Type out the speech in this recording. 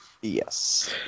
yes